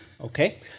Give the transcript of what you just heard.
Okay